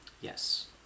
Yes